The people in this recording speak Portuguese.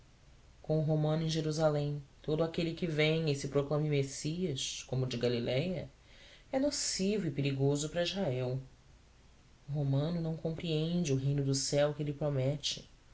o romano em jerusalém todo aquele que venha e se proclame messias como o de galiléia é nocivo e perigoso para israel o romano não compreende o reino do céu que ele promete